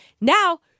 Now